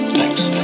Thanks